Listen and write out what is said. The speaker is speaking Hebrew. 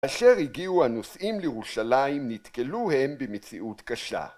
‫כאשר הגיעו הנוסעים לירושלים, ‫נתקלו הם במציאות קשה.